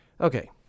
Okay